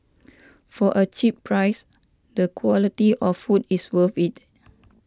for a cheap price the quality of food is worth it